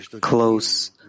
close